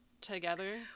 together